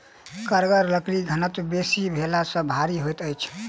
कड़गर लकड़ीक घनत्व बेसी भेला सॅ भारी होइत अछि